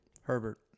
Herbert